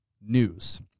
news